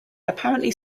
apparently